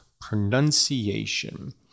pronunciation